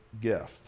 gift